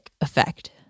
effect